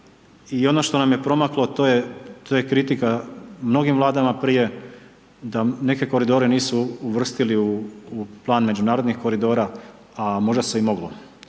i ono što nam je promaklo a to je kritika mnogim Vladama prije da neke koridore nisu uvrstili u plan međunarodnih koridora a možda se i moglo.